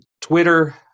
Twitter